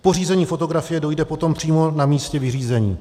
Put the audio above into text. K pořízení fotografie dojde potom přímo na místě vyřízení.